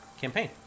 campaign